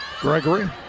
Gregory